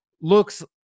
looks